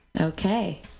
Okay